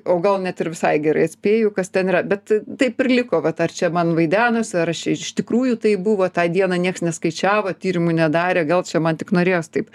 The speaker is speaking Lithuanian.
o gal net ir visai gerai atspėju kas ten yra bet taip ir liko vat ar čia man vaidenosi ar aš iš tikrųjų tai buvo tą dieną niekas neskaičiavo tyrimų nedarė gal čia man tik norėjos taip